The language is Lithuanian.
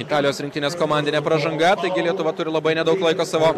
italijos rinktinės komandinė pražanga taigi lietuva turi labai nedaug laiko savo